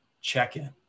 check-in